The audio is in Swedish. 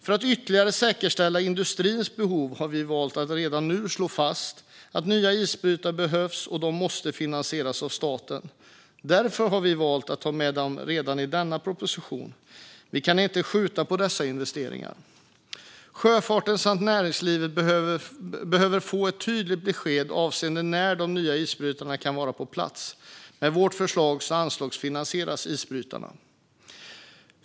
För att ytterligare säkra industrins behov har vi valt att redan nu slå fast att nya isbrytare behövs och måste finansieras av staten. Därför har vi valt att ta med dem redan i samband med denna proposition. Vi kan inte skjuta på dessa investeringar. Sjöfarten och näringslivet behöver få ett tydligt besked avseende när de nya isbrytarna kan vara på plats. Med vårt förslag anslagsfinansieras isbrytarna.